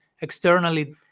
externally